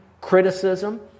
criticism